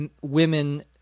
women